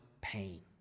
pain